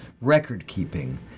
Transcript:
record-keeping